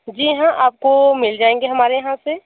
जी हाँ आप को मिल जाएंगे हमारे यहाँ से